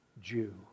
Jew